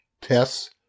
tests